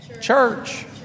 church